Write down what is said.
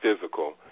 physical